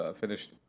finished